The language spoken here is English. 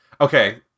Okay